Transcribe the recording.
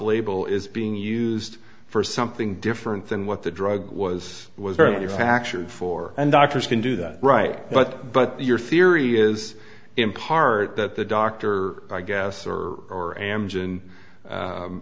label is being used for something different than what the drug was was very fractured for and doctors can do that right but but your theory is in part that the doctor i guess or